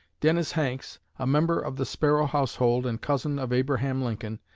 dennis hanks, a member of the sparrow household and cousin of abraham lincoln,